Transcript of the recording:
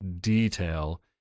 detail